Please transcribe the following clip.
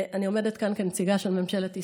אני עומדת כאן כנציגת ממשלת ישראל,